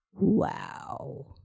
Wow